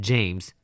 James